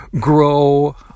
grow